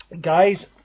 guys